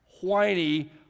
whiny